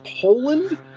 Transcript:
Poland